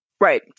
Right